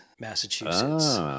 Massachusetts